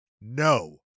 no